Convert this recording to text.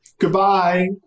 Goodbye